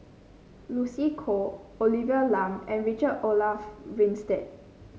Lucy Koh Olivia Lum and Richard Olaf Winstedt